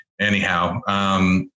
Anyhow